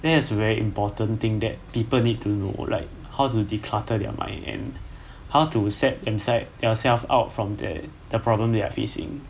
that is very important thing that people need to know like how to de clutter their mind and how to set them side themselves out from the the problem they are facing